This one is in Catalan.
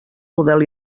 model